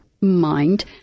mind